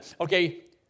Okay